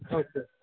okay